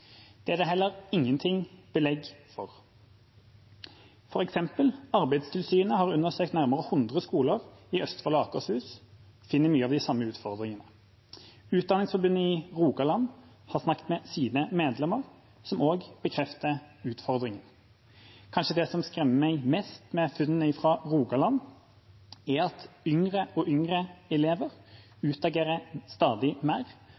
Det er det heller ikke noe belegg for. For eksempel har Arbeidstilsynet undersøkt nærmere 100 skoler i Østfold og Akershus og funnet mange av de samme utfordringene, og Utdanningsforbundet i Rogaland har snakket med sine medlemmer, som også bekrefter utfordringene. Det som kanskje skremmer meg mest med funnene fra Rogaland, er at yngre og yngre elever utagerer stadig mer,